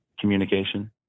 Communication